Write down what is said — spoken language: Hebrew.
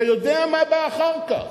אתה יודע מה בא אחר כך.